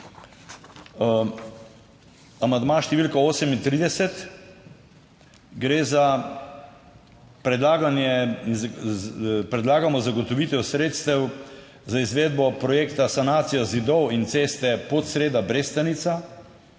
(nadaljevanje) 38, gre za predlaganje, predlagamo zagotovitev sredstev za izvedbo projekta sanacija zidov in ceste Podsreda-Brestanica,